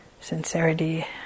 sincerity